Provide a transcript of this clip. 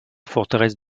forteresse